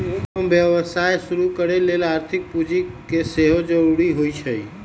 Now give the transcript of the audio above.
कोनो व्यवसाय शुरू करे लेल आर्थिक पूजी के सेहो जरूरी होइ छै